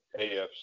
AFC